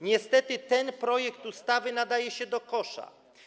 Niestety ten projekt ustawy nadaje się do kosza.